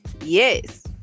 yes